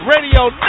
radio